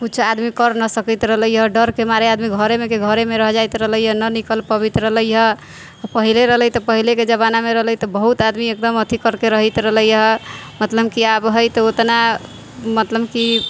कुछ आदमी कर ना सकैत रहलैया डर के मारे आदमी घरे मे रह जाइत रहलै हँ ना निकल पबैत रहलै हँ पहिले रहलै तऽ पहिले के जमाना मे रहलै तऽ बहुत आदमी एकदम अथी करके रहैत रहलै हँ मतलब की आब है तऽ उतना मतलब की